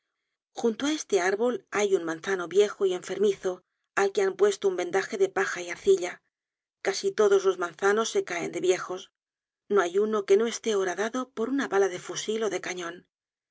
junto á este árbol hay un manzano viejo y enfermizo al que han puesto un vendaje de paja y arcilla casi todos los manzanos se caen de viejos no hay uno que no esté horadado por una bala de fusil ó de cañon